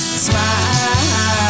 smile